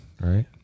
right